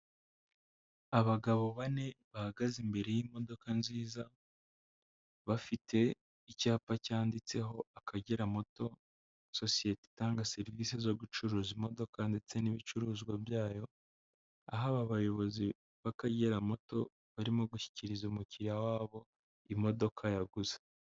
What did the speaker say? Abagabo bane bahagaze imbere y'imodoka nziza, bafite icyapa cyanditseho Akagera moto, sosiyete itanga serivisi zo gucuruza imodoka ndetse n'ibicuruzwa byayo, aho aba bayobozi b'Akagera moto, barimo gushyikiriza umukiriya wabo imodoka yaguze.